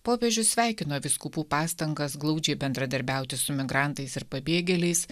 popiežius sveikino vyskupų pastangas glaudžiai bendradarbiauti su migrantais ir pabėgėliais